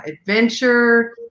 adventure